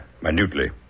minutely